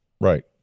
Right